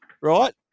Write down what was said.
right